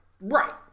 right